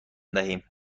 دهیم